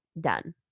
done